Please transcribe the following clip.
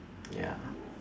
ya